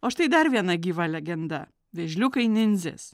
o štai dar viena gyva legenda vėžliukai nindzės